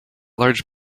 large